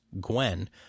Gwen